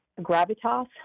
gravitas